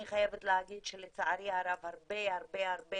אני חייבת להגיד שלצערי הרב הרבה הרבה הרבה